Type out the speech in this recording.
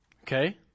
Okay